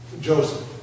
Joseph